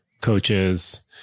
coaches